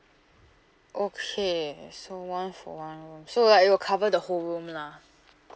okay so one for one room so like it will cover the whole room lah